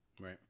right